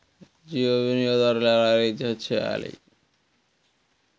జియో వినియోగదారులు ఎలా రీఛార్జ్ చేయాలి?